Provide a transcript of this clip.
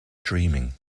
dreaming